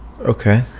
Okay